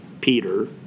Peter